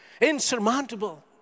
insurmountable